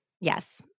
Yes